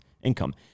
income